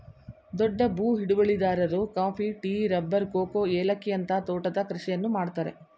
ದೊಡ್ಡ ಭೂ ಹಿಡುವಳಿದಾರರು ಕಾಫಿ, ಟೀ, ರಬ್ಬರ್, ಕೋಕೋ, ಏಲಕ್ಕಿಯಂತ ತೋಟದ ಕೃಷಿಯನ್ನು ಮಾಡ್ತರೆ